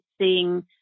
seeing